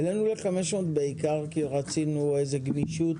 העלינו ל-500, כי רצינו איזו גמישות